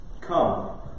Come